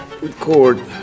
record